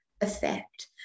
effect